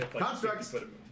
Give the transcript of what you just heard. Construct